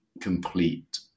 complete